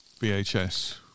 VHS